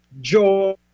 joy